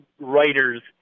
writers